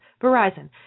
Verizon